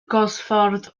gosford